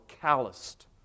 calloused